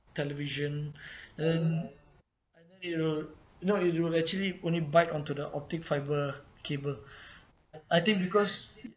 television and then it will not it will actually only bite onto the optic fibre cable I think because